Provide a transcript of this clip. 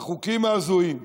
החוקים ההזויים,